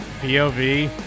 POV